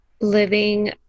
living